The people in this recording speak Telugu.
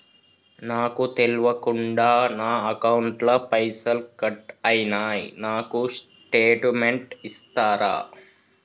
నాకు తెల్వకుండా నా అకౌంట్ ల పైసల్ కట్ అయినై నాకు స్టేటుమెంట్ ఇస్తరా?